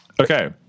Okay